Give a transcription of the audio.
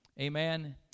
Amen